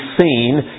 seen